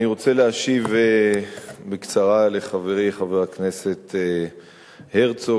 אני רוצה להשיב בקצרה לחברי חבר הכנסת הרצוג,